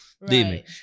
Right